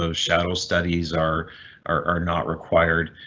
so shadow studies are are not required